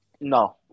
no